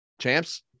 Champs